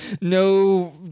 no